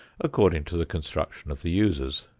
according to the construction of the users.